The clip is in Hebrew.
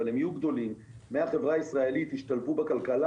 אבל הם יהיו גדולים מהחברה הישראלית ישתלבו בכלכלה,